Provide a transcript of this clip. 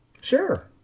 Sure